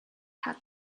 had